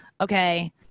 Okay